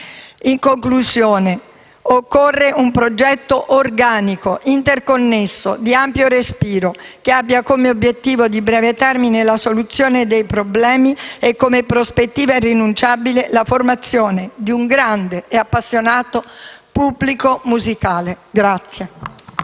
In conclusione, occorre un progetto organico, interconnesso, di ampio respiro, che abbia come obiettivo di breve termine la soluzione dei problemi e come prospettiva irrinunciabile la formazione di un grande e appassionato pubblico musicale. *(Applausi